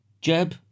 Jeb